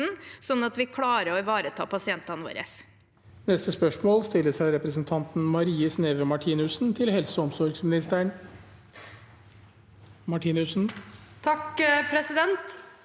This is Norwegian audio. slik at vi klarer å ivareta pasientene våre.